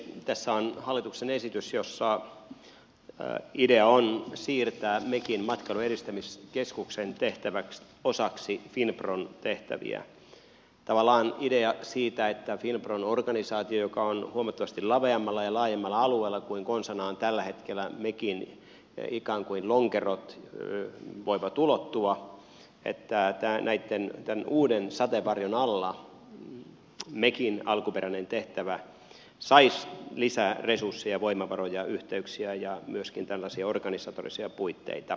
tässä on hallituksen esitys jossa idea on siirtää mekin matkailun edistämiskeskuksen tehtävät osaksi finpron tehtäviä tavallaan idea siitä että finpron organisaatiossa joka on huomattavasti laveammalla ja laajemmalla alueella kuin mihin konsanaan tällä hetkellä mekin ikään kuin lonkerot voivat ulottua tämän uuden sateenvarjon alla mekin alkuperäinen tehtävä saisi lisää resursseja ja voimavaroja yhteyksiä ja myöskin tällaisia organisatorisia puitteita